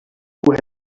who